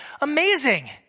amazing